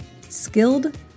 skilled